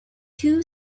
two